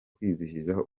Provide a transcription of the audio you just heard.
kwizihiza